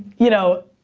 you know,